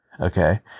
Okay